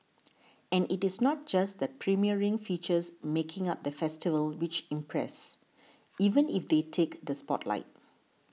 and it is not just the premiering features making up the festival which impress even if they take the spotlight